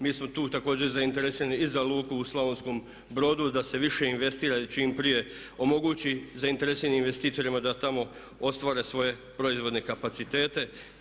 Mi smo tu također zainteresirani i za luku u Slavonskom Brodu da se više investira i čim prije omogući zainteresiranim investitorima da tamo ostvare svoje proizvodne kapacitete.